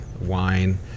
wine